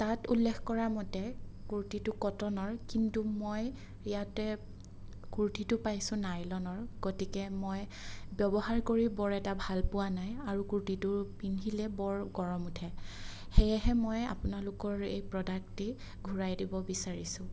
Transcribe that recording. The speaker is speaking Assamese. তাত উল্লেখ কৰা মতে কুৰ্তীটো কটনৰ কিন্তু মই ইয়াতে কুৰ্তীটো পাইছোঁ নাইলনৰ গতিকে মই ব্যৱহাৰ কৰি বৰ এটা ভালপোৱা নাই আৰু কুৰ্তীটো পিন্ধিলে বৰ গৰম উঠে সেয়েহে মই আপোনালোকৰ এই প্ৰডাক্টটি ঘূৰাই দিব বিচাৰিছোঁ